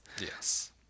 Yes